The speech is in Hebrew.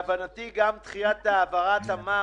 עלו כמה וכמה בעיות בתחום הזה.